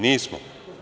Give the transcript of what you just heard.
Nismo.